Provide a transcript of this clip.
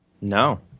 no